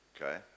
Okay